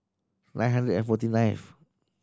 nine hundred and forty nineth